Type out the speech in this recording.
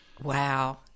Wow